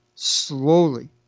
slowly